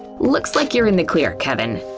looks like you're in the clear, kevin.